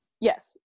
Yes